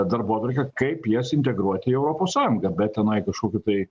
darbotvarkę kaip jas integruoti į europos sąjungą be tenai kažkokių tai